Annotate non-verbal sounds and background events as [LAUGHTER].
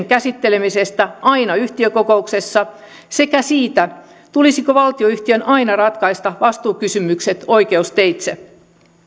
[UNINTELLIGIBLE] käsittelemisestä aina yhtiökokouksessa sekä siitä tulisiko valtionyhtiön aina ratkaista vastuukysymykset oikeusteitse